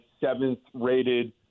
seventh-rated